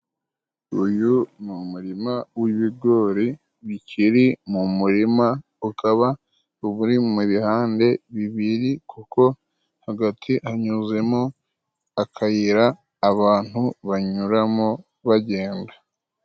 Uyu ni umurima w'ibigori bikiri mu murima, ukaba uba uri mu bihande bibiri, kuko hagati hanyuzemo akayira abantu banyuramo bagenda.